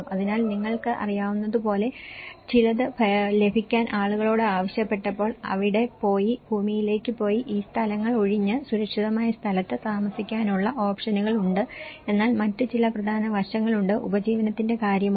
അതിനാൽ നിങ്ങൾക്ക് അറിയാവുന്നതുപോലെ ചിലത് ലഭിക്കാൻ ആളുകളോട് ആവശ്യപ്പെട്ടപ്പോൾ അവിടെ പോയി ഭൂമിയിലേക്ക് പോയി ഈ സ്ഥലങ്ങൾ ഒഴിഞ്ഞ് സുരക്ഷിതമായ സ്ഥലത്ത് താമസിക്കാനുള്ള ഓപ്ഷനുകൾ ഉണ്ട് എന്നാൽ മറ്റ് ചില പ്രധാന വശങ്ങളുണ്ട് ഉപജീവനത്തിന്റെ കാര്യമോ